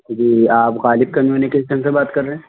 جی آپ غالب کمیونیکیشن سے بات کر رہے ہیں